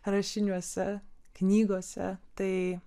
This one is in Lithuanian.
rašiniuose knygose tai